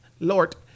Lord